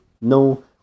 no